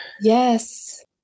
Yes